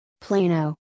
Plano